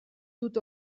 dut